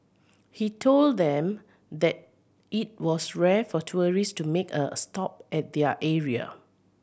he told them that it was rare for tourist to make a stop at their area